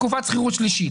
תקופת שכירות שלישית.